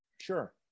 Sure